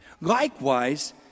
Likewise